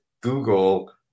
Google